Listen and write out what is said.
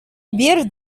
bir